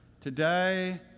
today